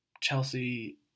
Chelsea